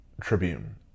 Tribune